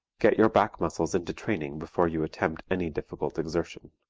get your back muscles into training before you attempt any difficult exertion.